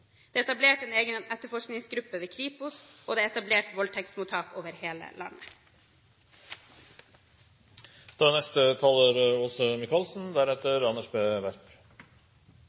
Det er etablert en egen etterforskningsgruppe ved Kripos, og det er etablert voldtektsmottak over hele landet. Antall voldtekter har økt kraftig det siste året – det er